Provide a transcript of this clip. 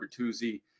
Bertuzzi